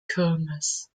kirmes